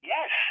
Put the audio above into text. Yes